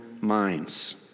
minds